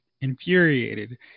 infuriated